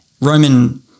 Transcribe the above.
Roman